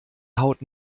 haut